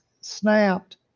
snapped